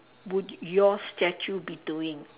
would your statue be doing